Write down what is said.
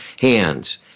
hands